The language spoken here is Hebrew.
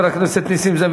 תודה לחבר הכנסת נסים זאב.